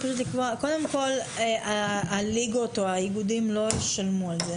קודם כל הליגות או האיגודים לא ישלמו על זה.